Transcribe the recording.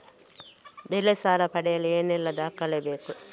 ಬೆಳೆ ಸಾಲ ಪಡೆಯಲು ಏನೆಲ್ಲಾ ದಾಖಲೆಗಳು ಬೇಕು?